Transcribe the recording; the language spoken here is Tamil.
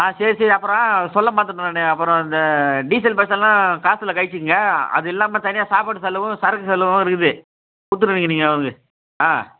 ஆ சரி சரி அப்புறம் சொல்ல மறந்துவிட்டேன் நான் அப்புறம் இந்த டீசல் பைசாவெல்லாம் காசில் கழிச்சிக்குங்க அது இல்லாமல் தனியாக சாப்பாடு செலவும் சரக்கு செலவும் இருக்குது கொடுத்துருங்க நீங்கள் வந்து ஆ